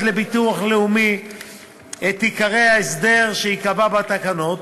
לביטוח לאומי את עיקרי ההסדר שייקבע בתקנות,